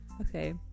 okay